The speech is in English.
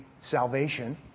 salvation